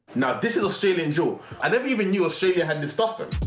now this is australian drill. i never even knew australia had this stuff though.